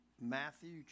Matthew